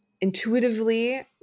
intuitively